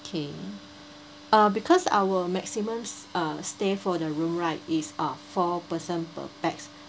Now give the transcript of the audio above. okay uh because our maximums uh stay for the room right is uh four person per pax